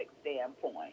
standpoint